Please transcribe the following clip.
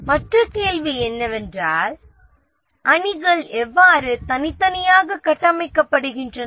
அடுத்த கேள்வி என்னவென்றால் அணிகள் எவ்வாறு தனித்தனியாக கட்டமைக்கப்படுகின்றன